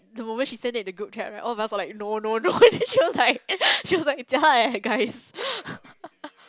the moment she send that in the group chat right all of us were like no no no and then she was like she was like jialat leh guys